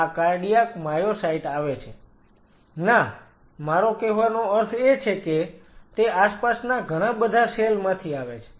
Refer Time 1324 ના મારો કહેવાનો અર્થ એ છે કે તે આસપાસના ઘણાબધા સેલ માંથી આવે છે